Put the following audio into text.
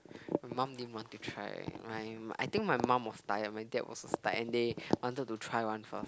my mum didn't want to try my I think my mum was tired my dad was also tired and they wanted to try one first